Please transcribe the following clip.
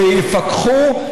שיפקחו,